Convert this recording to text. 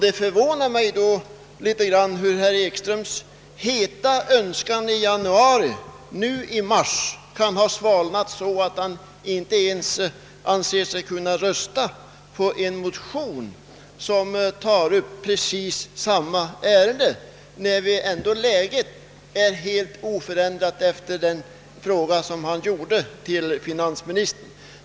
Det förvånar mig litet att herr Ekströms heta önskan i januari att få en rättvisare beskattning har svalnat så mycket i mars att han inte ens anser sig kunna rösta på en motion som tar upp precis samma ärende, när läget ändå är helt oförändrat sedan han framställde sin fråga till finansministern.